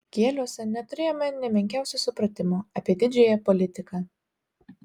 kieliuose neturėjome nė menkiausio supratimo apie didžiąją politiką